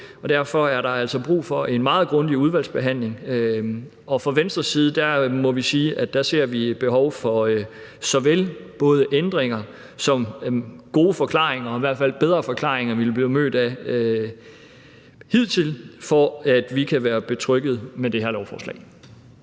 Derfor er der altså brug for en meget grundig udvalgsbehandling. Fra Venstres side må vi sige, at vi ser et behov for såvel ændringer som gode forklaringer – i hvert fald bedre forklaringer end dem, vi hidtil er blevet mødt med, for at vi kan være trygge ved det her lovforslag.